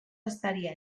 estaria